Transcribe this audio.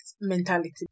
mentality